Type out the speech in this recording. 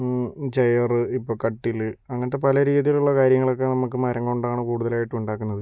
chair ഇപ്പോൾ കട്ടിൽ അങ്ങനത്തെ പല രീതിയിലുള്ള കാര്യങ്ങളൊക്കെ നമുക്ക് മരം കൊണ്ടാണ് കൂടുതലായിട്ട് ഉണ്ടാക്കുന്നത്